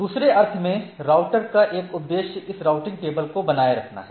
दूसरे अर्थ में राउटर का एक उद्देश्य इस राउटिंग टेबल को बनाए रखना है